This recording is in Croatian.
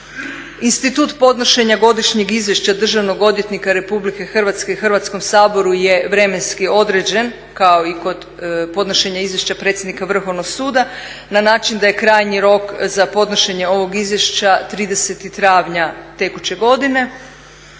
institut podnošenja godišnjeg izvješća državnog odvjetnika Republike Hrvatske Hrvatskom saboru je vremenski određen kao i kod podnošenja izvješća predsjednika Vrhovnog suda, na način da je krajnji rok za podnošenje ovog izvješća 30. travnja tekuće godine.